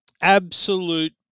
absolute